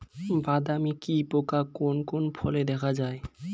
বাদামি কি পোকা কোন কোন ফলে দেখা যায়?